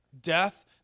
death